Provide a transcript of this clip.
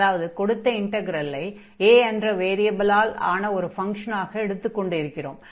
அதாவது கொடுத்த இன்டக்ரலை 'a' என்ற வேரியபிலால் ஆன ஒரு ஃபங்ஷனாக எடுத்துக் கொண்டிருக்கிறோம்